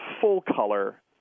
full-color